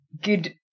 good